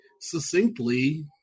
succinctly